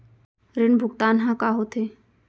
ऋण भुगतान ह का होथे?